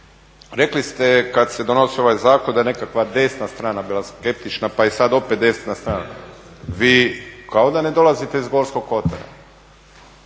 rekli ste kad se donosi ovaj zakon da nekakva desna strana bila skeptična, pa je sad opet desna strana. Vi kao da ne dolazite iz Gorskog kotara.